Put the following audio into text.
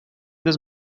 this